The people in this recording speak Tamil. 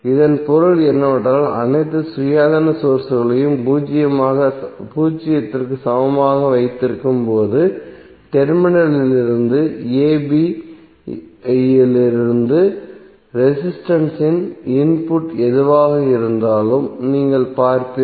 இதன் பொருள் என்னவென்றால் அனைத்து சுயாதீன சோர்ஸ்களையும் பூஜ்ஜியத்திற்கு சமமாக வைத்திருக்கும் போது டெர்மினலிலிருந்து a b இலிருந்து ரெசிஸ்டன்ஸ் இன் இன்புட் எதுவாக இருந்தாலும் நீங்கள் பார்ப்பீர்கள்